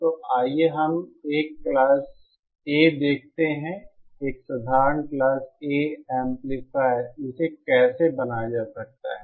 तो आइए हम एक क्लास A देखते हैं एक साधारण क्लास A एंप्लीफायर इसे कैसे बनाया जा सकता है